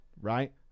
right